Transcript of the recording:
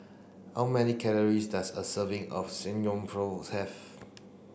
how many calories does a serving of Samgyeopsal have